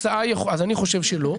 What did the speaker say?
אז אני חושב שלא.